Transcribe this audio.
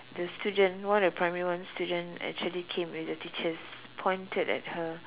the student one of the primary one student actually came with the teachers pointed at her